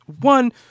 One